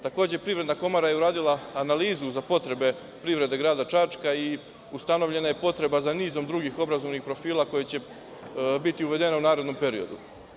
Takođe, Privredna komora je uradila analizu za potrebe privrede grada Čačka i ustavljena je potreba za nizom drugih obrazovnih profila koji će biti uvedeni u narednom periodu.